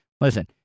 listen